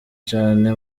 cane